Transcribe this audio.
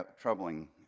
troubling